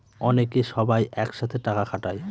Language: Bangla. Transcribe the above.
অনেকে সবাই এক সাথে টাকা খাটায়